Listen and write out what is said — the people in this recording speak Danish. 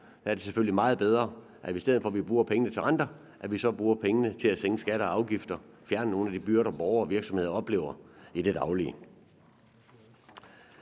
Der er det selvfølgelig meget bedre, at vi i stedet for at bruge pengene på renter bruger penge på at sænke skatter og afgifter og fjerne nogle af de byrder, som borgere og virksomheder oplever i det daglige.